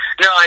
no